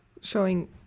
showing